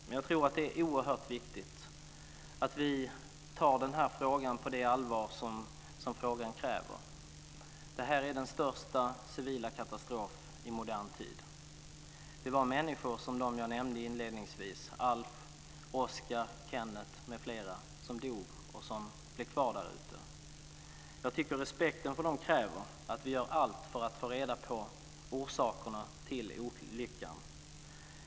Men jag tror att det är oerhört viktigt att vi tar frågan på det allvar som frågan kräver. Det här är den största civila katastrofen i modern tid. Det var de människor som de jag inledningsvis nämnde - Alf, Oskar, Kennet m.fl. - som dog och som blev kvar där ute. Respekten för dem kräver att vi gör allt för att få reda på orsakerna till olyckan.